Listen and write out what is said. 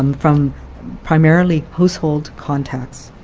um from primarily household contacts.